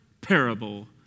parable